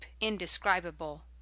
indescribable